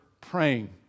praying